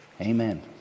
amen